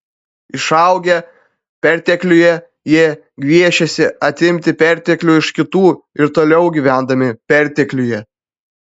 išaugę pertekliuje jie gviešėsi atimti perteklių iš kitų ir toliau gyvendami pertekliuje